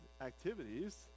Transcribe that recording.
activities